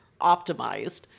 optimized